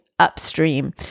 upstream